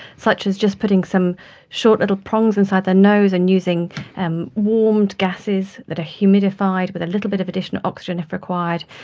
such as just putting some short little prongs inside their nose and using and warmed gases that are humidified, with a little bit of additional oxygen if required,